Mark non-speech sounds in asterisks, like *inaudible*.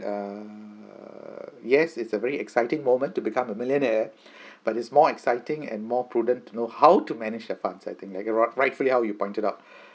err yes it's a very exciting moment to become a millionaire *breath* but it's more exciting and more prudent to know how to manage the funds I think like you rig~ rightfully how you pointed out